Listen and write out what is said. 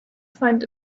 find